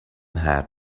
had